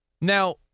Now